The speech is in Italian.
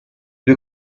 due